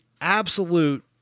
Absolute